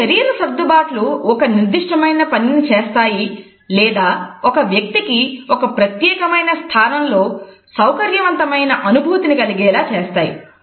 ఈ శరీర సర్దుబాట్లు ఒక నిర్దిష్టమైన పనిని చేస్తాయి లేదా ఒక వ్యక్తి కి ఒక ప్రత్యేకమైన స్థానం లో సౌకర్యవంతమైన అనుభూతిని కలిగేలా చేస్తాయి